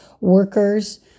workers